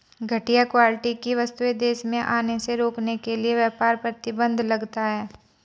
घटिया क्वालिटी की वस्तुएं देश में आने से रोकने के लिए व्यापार प्रतिबंध लगता है